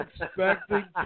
expecting